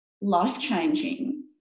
life-changing